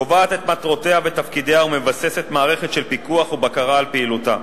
קובעת את מטרותיה ותפקידיה ומבססת מערכת של פיקוח ובקרה על פעילותה.